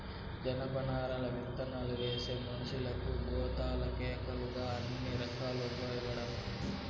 జనపనార విత్తనాలువేస్తే మనషులకు, గోతాలకేకాక అన్ని రకాలుగా ఉపయోగమే